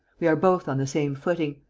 we are both on the same footing.